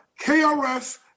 KRS